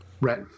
Right